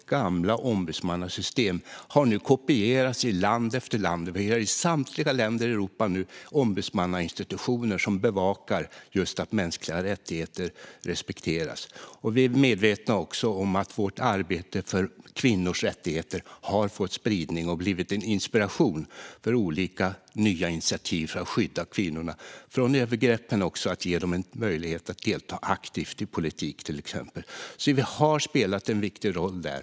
Vårt gamla ombudsmannasystem har nu kopierats i land efter land. I samtliga länder i Europa finns nu ombudsmannainstitutioner som bevakar just att mänskliga rättigheter respekteras. Vi är också medvetna om att vårt arbete för kvinnors rättigheter har fått spridning och blivit en inspiration för olika nya initiativ för att skydda kvinnor från övergrepp och för att ge dem möjlighet att delta aktivt i till exempel politik. Vi har spelat en viktig roll där.